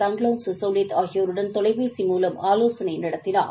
thank லௌன் சிசௌலித் ஆகியோருடன்தொலைபேசி மூலம் ஆலோசனை நடத்தினார்